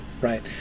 right